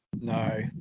No